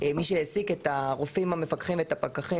מי שהעסיק את הרופאים המפקחים והפקחים